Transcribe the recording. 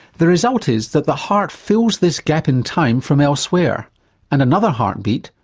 the result is that the heart fills this gap in time from elsewhere and another heart beat,